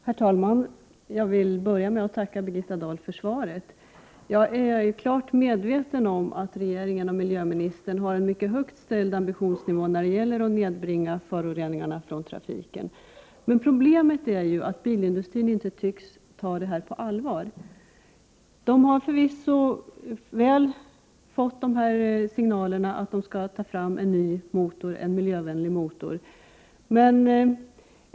Herr talman! Jag vill börja med att tacka Birgitta Dahl för svaret. Jag är klart medveten om att regeringen och miljöministern har en mycket högt ställd ambitionsnivå när det gäller att nedbringa föroreningarna från trafiken. Men problemet är att biltillverkarna inte tycks ta detta på allvar. De har förvisso fått signalerna om att de skall ta fram en ny miljövänlig motor.